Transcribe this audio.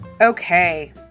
Okay